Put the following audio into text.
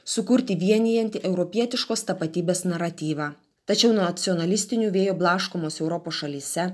sukurti vienijantį europietiškos tapatybės naratyvą tačiau nacionalistinių vėjų blaškomos europos šalyse